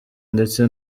ndetse